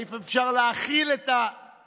אם אפשר להכיל את ההפגנה,